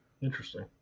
interesting